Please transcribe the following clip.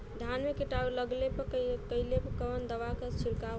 धान में कीटाणु लग गईले पर कवने दवा क छिड़काव होई?